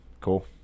Cool